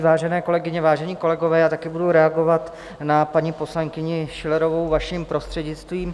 Vážené kolegyně, vážení kolegové, já také budu reagovat na paní poslankyni Schillerovou, vaším prostřednictvím.